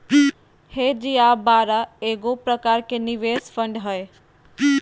hedge या बाड़ा एगो प्रकार के निवेश फंड हय